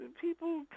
People